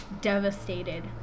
devastated